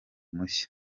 mushya